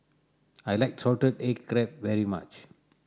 I like salted egg crab very much